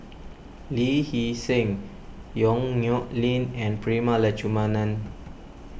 Lee Hee Seng Yong Nyuk Lin and Prema Letchumanan